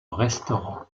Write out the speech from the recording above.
restaurant